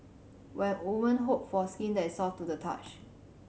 when woman hope for skin that is soft to the touch